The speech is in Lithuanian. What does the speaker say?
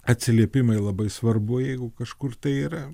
atsiliepimai labai svarbu jeigu kažkur tai yra